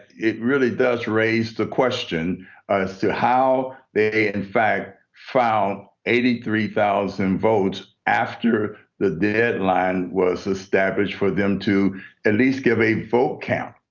it really does raise the question as to how they, in fact, found eighty three thousand votes after the deadline was established for them to at least give a vote count.